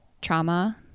trauma